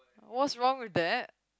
what's wrong with that